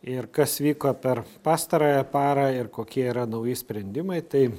ir kas vyko per pastarąją parą ir kokie yra nauji sprendimai tai